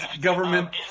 government